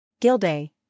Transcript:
Gilday